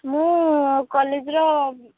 ମୁଁ କଲେଜର